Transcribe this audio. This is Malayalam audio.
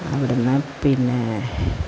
അവിടുന്ന് പിന്നേ